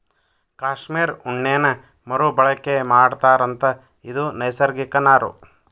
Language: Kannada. ಕಾಶ್ಮೇರ ಉಣ್ಣೇನ ಮರು ಬಳಕೆ ಮಾಡತಾರಂತ ಇದು ನೈಸರ್ಗಿಕ ನಾರು